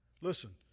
Listen